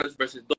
versus